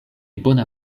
bona